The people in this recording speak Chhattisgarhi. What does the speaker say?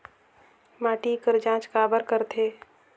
माटी कर जांच काबर करथे?